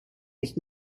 his